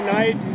Night